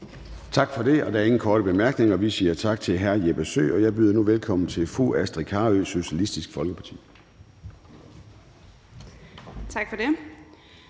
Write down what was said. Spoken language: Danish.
Tak for det. Der er ingen korte bemærkninger, så vi siger tak til hr. Jeppe Søe. Og jeg byder nu velkommen til fru Astrid Carøe, Socialistisk Folkeparti.